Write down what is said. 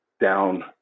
down